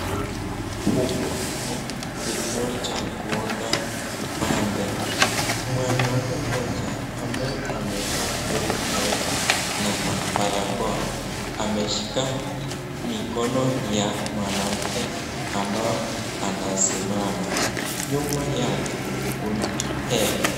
Huku ni kituo cha kuunda kipande. Mwanaume mmoja ambaye amevaa aproni nyeupe na barakoa ameshika mikono ya mwanamke ambaye anasimama. Nyuma yake kuna hema.